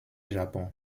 japon